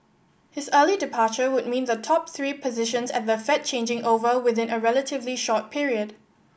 his early departure would mean the top three positions at the Fed changing over within a relatively short period